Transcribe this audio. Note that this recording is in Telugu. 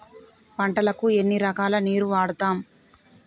పంటలకు ఎన్ని రకాల నీరు వాడుతం?